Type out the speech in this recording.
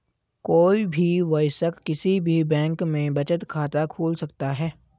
कोई भी वयस्क किसी भी बैंक में बचत खाता खोल सकता हैं